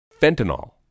Fentanyl